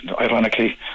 ironically